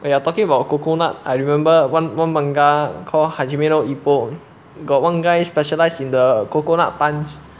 when you are talking about coconut I remember one one manga call hajime no ippo got one guy specialized in the coconut punch